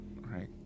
Right